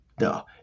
No